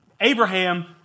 Abraham